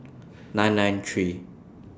nine nine three